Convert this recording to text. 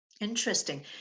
Interesting